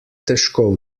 težko